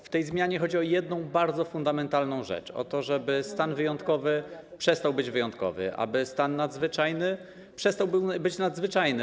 W tej zmianie chodzi o jedną fundamentalną rzecz, o to, żeby stan wyjątkowy przestał być wyjątkowy, aby stan nadzwyczajny przestał być nadzwyczajny.